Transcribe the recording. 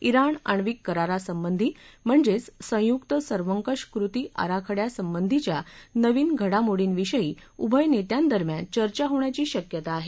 ज्ञाण आणिवक करारा संबंधी म्हणजेच संयुक्त सर्वकष कृति आराखड्यासंबंधीच्या नवीन घडामोडींविषयी उभय नेत्यांदरम्यान चर्चा होण्याची शक्यता आहे